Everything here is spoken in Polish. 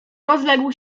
rozległ